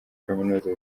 kaminuza